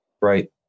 right